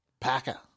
Packer